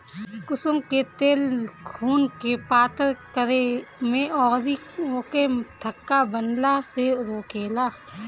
कुसुम के तेल खुनके पातर करे में अउरी ओके थक्का बनला से रोकेला